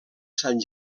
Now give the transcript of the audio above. sant